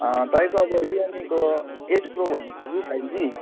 तपाईँको अब रियलमीको एट प्रो भन्ने छ कि फाइब जी